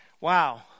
Wow